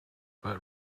but